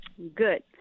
Good